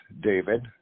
david